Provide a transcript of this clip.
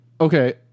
Okay